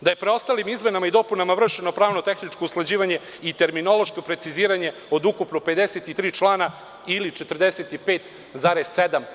Da je preostalim izmenama i dopunama vršeno pravno tehničko usklađivanje i terminološko preciziranje od ukupno 53 člana ili 45,7%